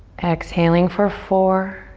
exhaling for four,